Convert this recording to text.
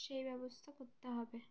সেই ব্যবস্থা করতে হবে